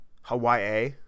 Hawaii